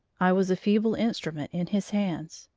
i was a feeble instrument in his hands,